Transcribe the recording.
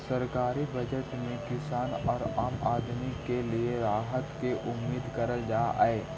सरकारी बजट में किसान औउर आम आदमी के लिए राहत के उम्मीद करल जा हई